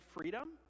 freedom